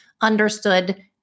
understood